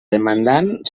demandant